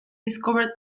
discovered